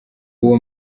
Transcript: uwo